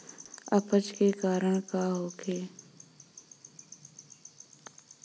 अपच के कारण का होखे?